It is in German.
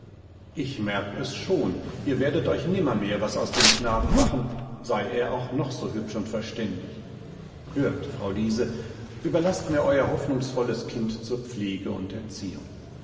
ich merk es schon ihr werdet euch nimmermehr was aus dem knaben machen sei er auch noch so hübsch und verständig hört frau liese überlaßt mir euer hoffnungsvolles kind zur pflege und erziehung